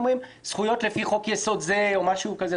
כותבים "זכויות לפי חוק יסוד זה" או משהו כזה.